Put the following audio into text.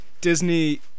Disney